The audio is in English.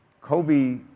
Kobe